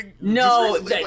No